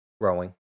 growing